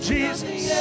Jesus